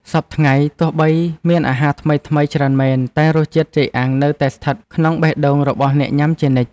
សព្វថ្ងៃទោះបីមានអាហារថ្មីៗច្រើនមែនតែរសជាតិចេកអាំងនៅតែស្ថិតក្នុងបេះដូងរបស់អ្នកញ៉ាំជានិច្ច។